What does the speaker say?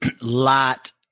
lot